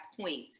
point